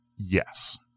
Yes